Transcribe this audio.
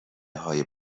های